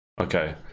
Okay